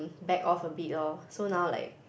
back off a bit lor so now like